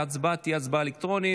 ההצבעה תהיה הצבעה אלקטרונית.